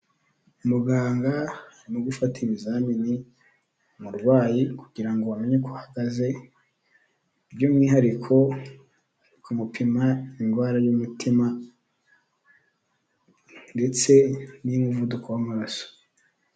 Ni muganga arimo gufata ibizamini umurwayi kugira ngo amenye uko uhagaze, by'umwihariko ari ku mupima indwara y'umutima ndetse n'iy'umuvuduko w'amaraso.